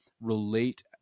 relate